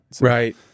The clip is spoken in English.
right